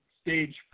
stage